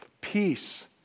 Peace